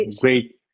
great